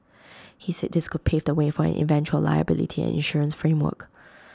he said this could pave the way for an eventual liability and insurance framework